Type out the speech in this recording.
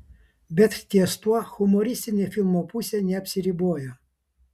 bet ties tuo humoristinė filmo pusė neapsiriboja